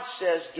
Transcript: says